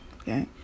Okay